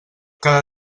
cada